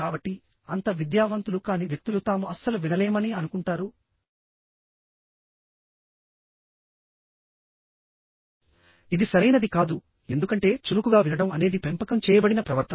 కాబట్టి అంత విద్యావంతులు కాని వ్యక్తులు తాము అస్సలు వినలేమని అనుకుంటారు ఇది సరైనది కాదు ఎందుకంటే చురుకుగా వినడం అనేది పెంపకం చేయబడిన ప్రవర్తన